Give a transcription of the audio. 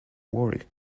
warwick